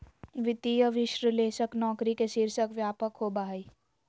वित्तीय विश्लेषक नौकरी के शीर्षक व्यापक होबा हइ